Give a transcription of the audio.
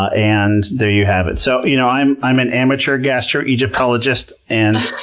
ah and there you have it. so, you know i'm i'm an amateur gastroegyptologist, and